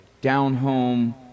down-home